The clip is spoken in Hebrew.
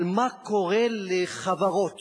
על מה קורה לחברות